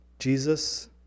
Jesus